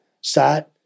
sat